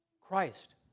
Christ